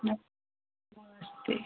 नमस्ते